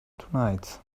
tonight